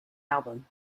album